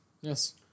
Yes